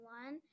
one